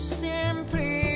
simply